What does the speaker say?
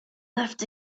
left